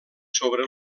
sobre